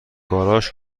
گاراژ